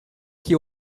que